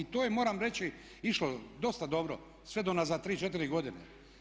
I to je moram reći išlo dosta dobro, sve do unazad 3, 4 godine.